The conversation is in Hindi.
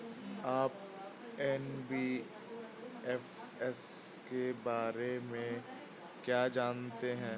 आप एन.बी.एफ.सी के बारे में क्या जानते हैं?